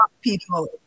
people